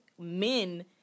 men